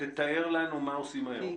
אז תתאר לנו מה עושים היום.